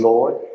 Lord